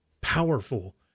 powerful